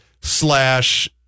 slash